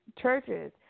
churches